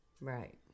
Right